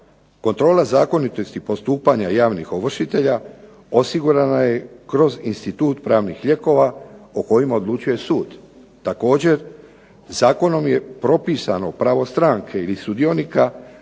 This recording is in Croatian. Kontrola zakonitosti postupanja javnih ovršitelja osigurana je kroz institut pravnih lijekova o kojima odlučuje sud. Također je zakonom propisano pravo stranke ili sudionika